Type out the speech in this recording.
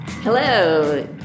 Hello